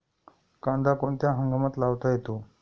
कांदा कोणत्या हंगामात लावता येतो?